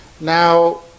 Now